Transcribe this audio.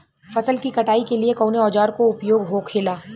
फसल की कटाई के लिए कवने औजार को उपयोग हो खेला?